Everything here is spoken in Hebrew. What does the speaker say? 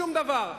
שום דבר.